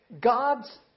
God's